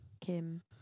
Kim